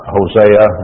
Hosea